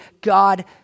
God